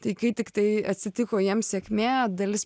tai kai tiktai atsitiko jiem sėkmė dalis